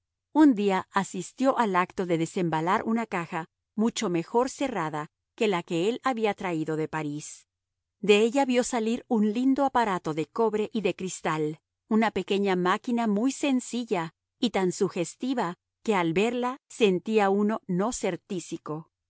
un día asistió al acto de desembalar una caja mucho mejor cerrada que la que él había traído de parís de ella vio salir un lindo aparato de cobre y de cristal una pequeña máquina muy sencilla y tan sugestiva que al verla sentía uno no